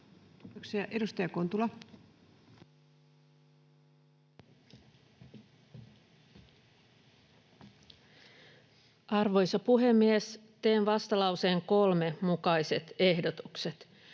16:12 Content: Arvoisa puhemies! Teen vastalauseen 3 mukaiset ehdotukset.